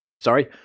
Sorry